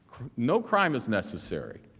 no crime is necessary